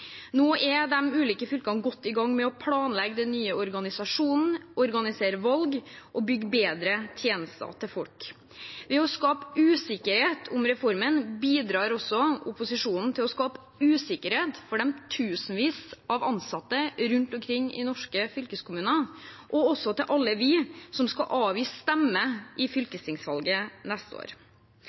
Nå er de ulike fylkene godt i gang med å planlegge den nye organisasjonen, organisere valg og bygge bedre tjenester til folk. Ved å skape usikkerhet om reformen bidrar opposisjonen til å skape usikkerhet for de tusenvis av ansatte rundt omkring i norske fylkeskommuner, og også for alle som skal avgi stemme i fylkestingsvalget neste år.